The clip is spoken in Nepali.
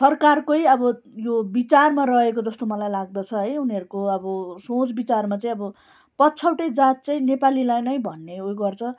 सरकारकै अब यो विचारमा रहेको जस्तो मलाई लाग्दछ है उनीहरूको अब सोच विचारमा चाहिँ अब पछौटे जात चाहिँ नेपालीलाई नै भन्ने गर्छ